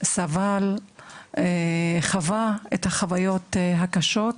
סבל וחווה את החוויות הקשות.